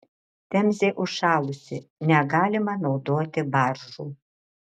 temzė užšalusi negalima naudoti baržų